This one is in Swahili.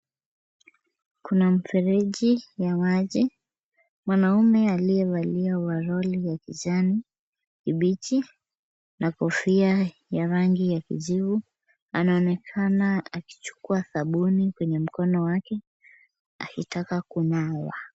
Kuna mfereji ya maji. Mwanaume aliyevalia ovaroli ya kijani kibichi na kofia ya rangi ya kijivu, anaonekana akichukua sabuni kwenye mkono wake, akitaka kunawa.